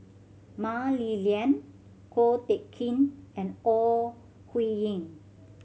Mah Li Lian Ko Teck Kin and Ore Huiying